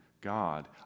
God